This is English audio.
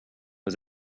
was